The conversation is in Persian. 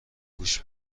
گوشت